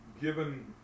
given